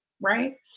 right